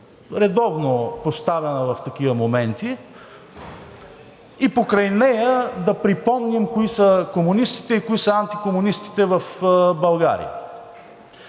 редовно поставяна в такива моменти, и покрай нея да припомним кои са комунистите и кои са антикомунистите в България.